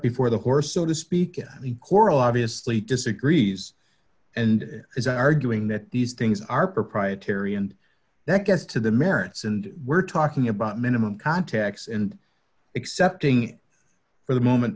before the horse so to speak in the coral obviously disagrees and is arguing that these things are proprietary and that gets to the merits and we're talking about minimum contacts and accepting for the moment